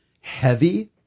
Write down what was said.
heavy